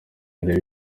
urebe